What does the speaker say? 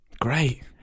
Great